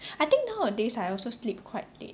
I think nowadays I also sleep quite late